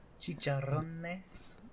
Chicharrones